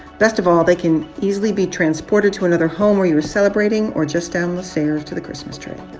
best of all, they can easily be transported to another home where you're celebrating or just down the stairs to the christmas tree